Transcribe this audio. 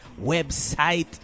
website